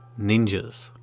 ninjas